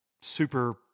Super